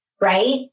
right